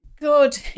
Good